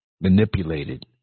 manipulated